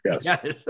Yes